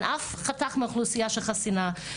אין אף חתך באוכלוסייה שחסינה,